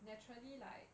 naturally like